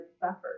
suffered